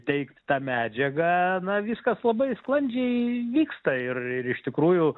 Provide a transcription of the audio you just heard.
teikt tą medžiagą na viskas labai sklandžiai vyksta ir ir iš tikrųjų